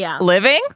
living